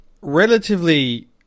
relatively